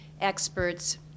experts